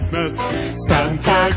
Santa